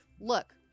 Look